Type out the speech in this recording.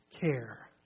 care